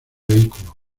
vehículo